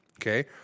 Okay